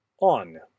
On